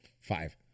Five